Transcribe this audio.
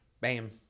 Bam